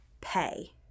pay